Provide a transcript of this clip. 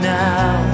now